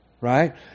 Right